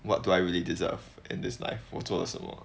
what do I really deserve and this like 佛说 or